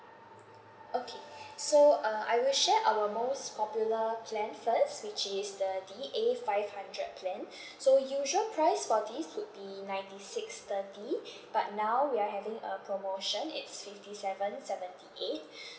okay so uh I will share our most popular plan first which is the D A five hundred plan so usual price for this would be ninety six thirty but now we are having a promotion it's fifty seven seventy eight